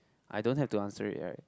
I don't have to answer it right